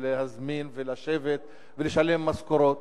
להזמין ולשבת ולשלם משכורות?